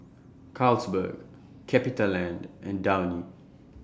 Carlsberg CapitaLand and Downy